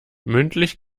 mündlich